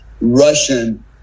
Russian